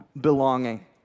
belonging